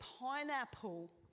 pineapple